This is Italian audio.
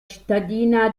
cittadina